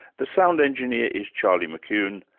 the sound engineer is charlie mckune.